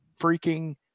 Freaking